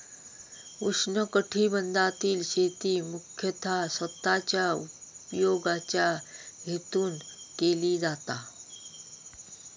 उष्णकटिबंधातील शेती मुख्यतः स्वतःच्या उपयोगाच्या हेतून केली जाता